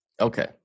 Okay